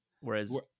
Whereas